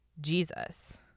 Jesus